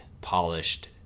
polished